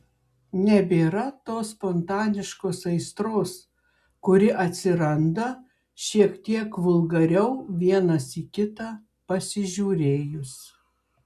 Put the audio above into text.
nebėra tos spontaniškos aistros kuri atsiranda šiek tiek vulgariau vienas į kitą pasižiūrėjus